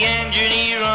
engineer